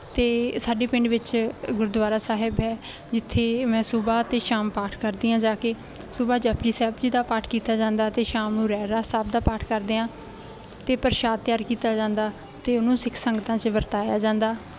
ਅਤੇ ਸਾਡੇ ਪਿੰਡ ਵਿੱਚ ਗੁਰਦੁਆਰਾ ਸਾਹਿਬ ਹੈ ਜਿੱਥੇ ਮੈਂ ਸੁਬਹਾ ਅਤੇ ਸ਼ਾਮ ਪਾਠ ਕਰਦੀ ਹਾਂ ਜਾ ਕੇ ਸੁਬਹਾ ਜਪੁਜੀ ਸਾਹਿਬ ਜੀ ਦਾ ਪਾਠ ਕੀਤਾ ਜਾਂਦਾ ਅਤੇ ਸ਼ਾਮ ਨੂੰ ਰਹਿਰਾਸ ਸਾਹਿਬ ਦਾ ਪਾਠ ਕਰਦੇ ਹਾਂ ਅਤੇ ਪ੍ਰਸ਼ਾਦ ਤਿਆਰ ਕੀਤਾ ਜਾਂਦਾ ਅਤੇ ਉਹਨੂੰ ਸਿੱਖ ਸੰਗਤਾਂ 'ਚ ਵਰਤਾਇਆ ਜਾਂਦਾ